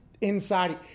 inside